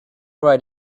right